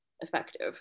effective